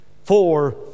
Four